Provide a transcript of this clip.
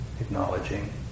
acknowledging